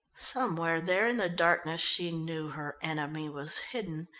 somewhere there in the darkness she knew her enemy was hidden,